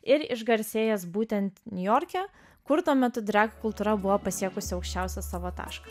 ir išgarsėjęs būtent niujorke kur tuo metu drag kultūra buvo pasiekusi aukščiausią savo tašką